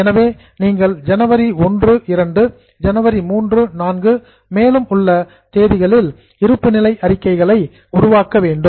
எனவே நீங்கள் ஜனவரி 1 2 ஜனவரி 3 4 மேலும் உள்ள தேதிகளில் பேலன்ஸ் ஷீட்ஸ் இருப்பு நிலை அறிக்கைகளை உருவாக்க வேண்டும்